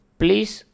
please